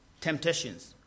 temptations